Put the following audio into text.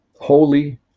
holy